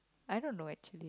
I don't know actually